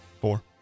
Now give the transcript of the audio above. four